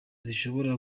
zishobora